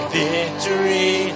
victory